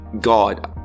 God